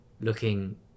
looking